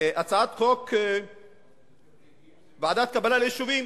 הצעת חוק ועדת קבלה ליישובים,